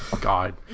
God